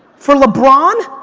for lebron,